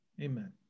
Amen